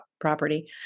property